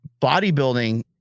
bodybuilding